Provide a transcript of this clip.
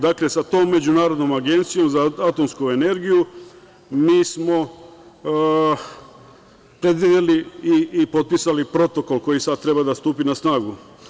Dakle, sa tom Međunarodnom agencijom za atomsku energiju mi smo predvideli i potpisali Protokol koji sada treba da stupi na snagu.